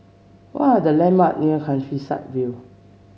what are the landmark near Countryside View